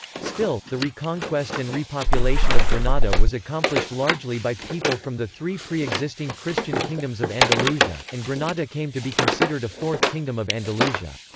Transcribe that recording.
still, the reconquest and repopulation of granada was accomplished largely by people from the three preexisting christian kingdoms of andalusia, and granada came to be considered a fourth kingdom of andalusia.